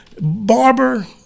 Barber